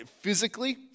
Physically